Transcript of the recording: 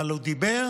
אבל הוא דיבר